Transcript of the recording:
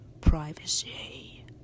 privacy